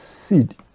seed